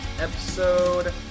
Episode